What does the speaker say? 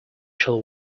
shall